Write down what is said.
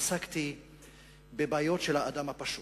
עסקתי בבעיות של האדם הפשוט,